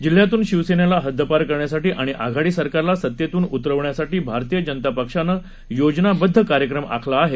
जिल्ह्यातून शिवसेनेला हद्दपार करण्यासाठी आणि आघाडी सरकारला सत्तेतून उतरविण्यासाठी भारतीय जनता पक्षाने योजनाबद्द कार्यक्रम आखला आहे